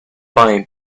buying